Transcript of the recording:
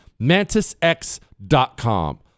MantisX.com